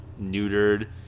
neutered